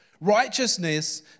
Righteousness